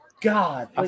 God